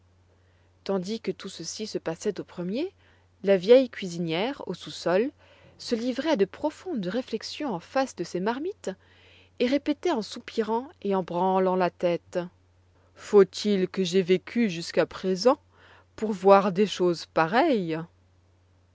tandis que tout ceci se passait au premier la vieille cuisinière au sous-sol se livrait à de profondes réflexions en face de ses marmites et répétait en soupirant et en branlant la tête faut-il que j'aie vécu jusqu'à présent pour voir des choses pareilles